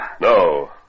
No